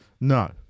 No